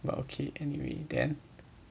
but okay anyway then